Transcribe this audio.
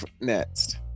next